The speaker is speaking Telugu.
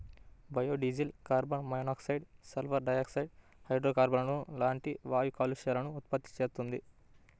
biodiesel carbon monoxide, sulphur dioxide, హైడ్రోకార్బన్లు లాంటి వాయు కాలుష్యాలను ఉత్పత్తి చేస్తుంది